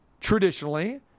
traditionally